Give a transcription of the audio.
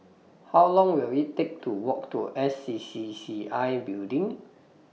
How Long Will IT Take to Walk to S C C C I Building